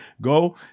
go